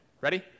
ready